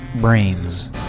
brains